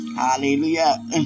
Hallelujah